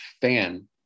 fan